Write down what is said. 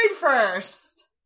first